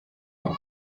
bon